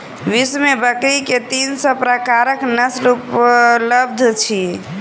विश्व में बकरी के तीन सौ प्रकारक नस्ल उपलब्ध अछि